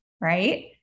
right